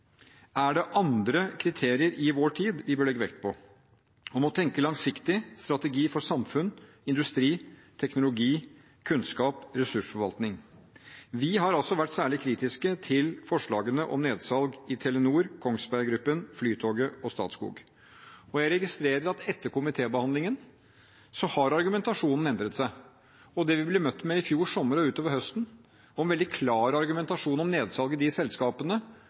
Er det andre kriterier i vår tid vi bør legge vekt på med hensyn til å tenke langsiktig, å tenke strategi for samfunn, industri, teknologi, kunnskap og ressursforvaltning? Vi har vært særlig kritiske til forslagene om nedsalg i Telenor, Kongsberg Gruppen, Flytoget og Statskog, og jeg registrerer at etter komitébehandlingen har argumentasjonen endret seg. Der vi i fjor sommer og utover høsten ble møtt med en veldig klar argumentasjon om nedsalg i selskapene